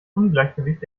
ungleichgewicht